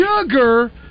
Sugar